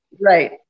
Right